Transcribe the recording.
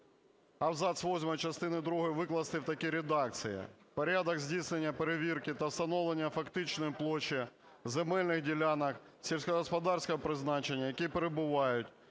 восьмий частини другої викласти в такій редакції: "Порядок здійснення перевірки для встановлення фактичної площі земельних ділянок сільськогосподарського призначення, які перебувають